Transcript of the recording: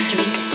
Drink